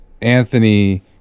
Anthony